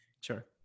Sure